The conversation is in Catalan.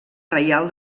reial